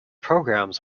programs